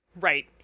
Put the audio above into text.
Right